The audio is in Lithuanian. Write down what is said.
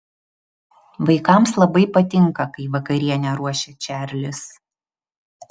vaikams labai patinka kai vakarienę ruošia čarlis